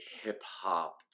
hip-hop